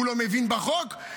הוא לא מבין בחוק,